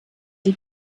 die